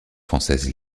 françaises